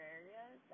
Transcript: areas